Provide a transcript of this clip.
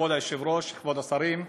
כבוד היושב-ראש, כבוד השרים,